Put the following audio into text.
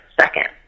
second